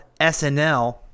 SNL